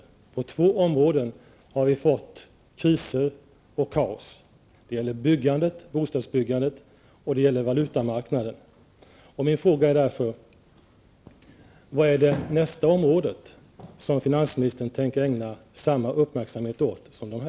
På två områden har det uppståt kriser och kaos. Det gäller bostadsbyggandet, och det gäller valutamarknaden. Min fråga är därför: Vilket är nästa område som finansministern tänker ägna samma uppmärksamhet som dessa?